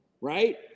right